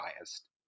biased